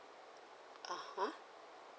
(uh huh)